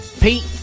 Pete